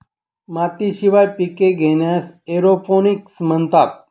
मातीशिवाय पिके घेण्यास एरोपोनिक्स म्हणतात